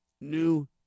new